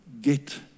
Get